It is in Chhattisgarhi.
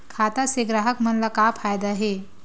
खाता से ग्राहक मन ला का फ़ायदा हे?